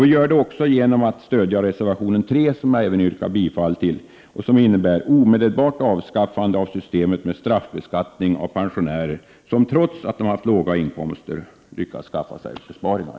Vi gör det också genom att stödja reservation 3, som jag yrkar bifall till och som innebär omedelbart avskaffande av systemet med straffbeskattning av pensionärer som, trots att de haft låga inkomster, lyckats skaffa sig besparingar.